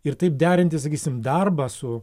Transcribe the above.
ir taip derinti sakysim darbą su